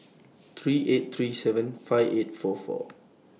three eight three seven five eight four four